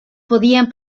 podían